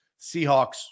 Seahawks